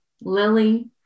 Lily